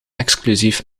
exclusief